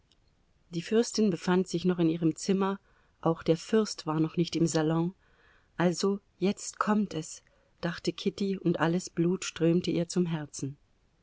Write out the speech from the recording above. die fürstin befand sich noch in ihrem zimmer auch der fürst war noch nicht im salon also jetzt kommt es dachte kitty und alles blut strömte ihr zum herzen